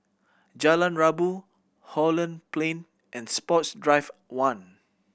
Jalan Rabu Holland Plain and Sports Drive One